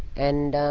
and